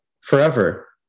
Forever